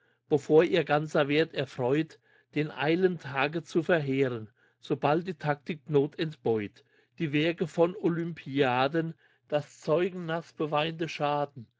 bevor ihr ganzer wert erfreut den eilen tage zu verheeren sobald die taktik noth entbeut die werke von olympiaden das zeugen naß beweinte schaden